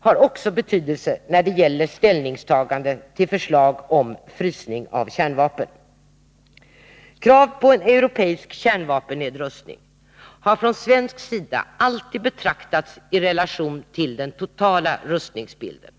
har också Nr 31 betydelse när det gäller ställningstagande till förslag om frysning av Måndagen den kärnvapen. Krav på en europeisk kärnvapennedrustning har från svensk sida 22 november 1982 alltid betraktats i relation till den totala rustningsbilden.